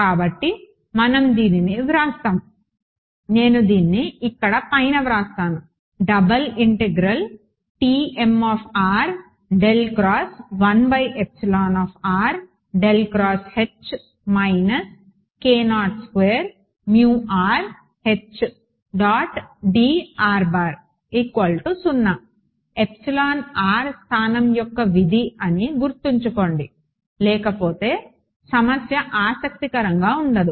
కాబట్టి మనం దీనిని వ్రాస్దాము నేను దీన్ని ఇక్కడ పైన వ్రాస్తాను స్థలం యొక్క విధి అని గుర్తుంచుకోండి లేకపోతే సమస్య ఆసక్తికరంగా ఉండదు